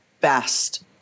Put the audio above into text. best